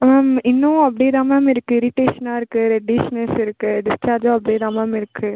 ma'am இன்னும் அப்படே தான் மேம் இருக்குது இரிட்டேஷனாக இருக்குது ரெட்டிஷ்னஸ் இருக்குது டிஸ்சார்ஜும் அப்படே தான் மேம் இருக்குது